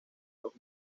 los